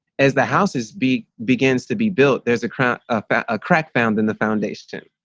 as the house is big begins to be built, there's a crack a crack found in the foundation.